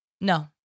No